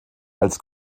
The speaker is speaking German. als